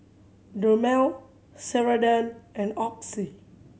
Dermale Ceradan and Oxy